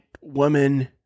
woman